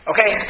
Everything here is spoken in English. Okay